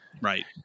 Right